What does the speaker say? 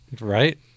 right